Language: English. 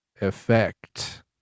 effect